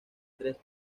tres